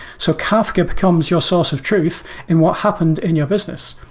so kafka becomes your source of truth in what happened in your business.